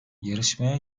yarışmaya